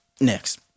Next